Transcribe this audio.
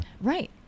Right